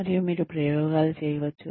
మరియు మీరు ప్రయోగాలు చేయవచ్చు